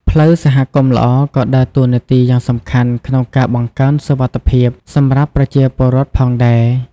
ផ្លូវសហគមន៍ល្អក៏ដើរតួនាទីយ៉ាងសំខាន់ក្នុងការបង្កើនសុវត្ថិភាពសម្រាប់ប្រជាពលរដ្ឋផងដែរ។